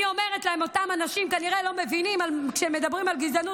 אני אומרת שאותם אנשים כנראה לא מבינים על מה מדובר